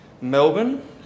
Melbourne